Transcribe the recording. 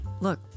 look